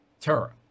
Terror